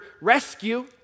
rescue